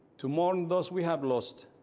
to mourn those we have lost,